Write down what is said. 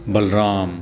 Balram